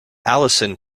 alison